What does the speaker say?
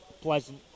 pleasant